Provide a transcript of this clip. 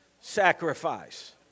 sacrifice